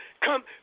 come